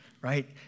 right